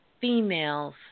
females